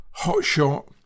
hotshot